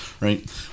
right